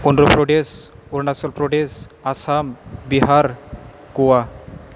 Andhra Pradesh Arunachal Pradesh Assam Bihar Goa